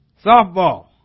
Softball